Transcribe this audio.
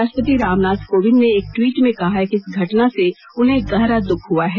राष्ट्रपति राम नाथ कोविंद ने एक ट्वीट में कहा है कि इस घटना से उन्हें गहरा दुख हुआ है